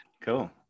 Cool